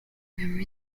member